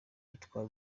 witwa